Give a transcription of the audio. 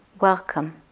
welcome